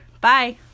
Bye